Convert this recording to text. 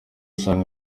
usanga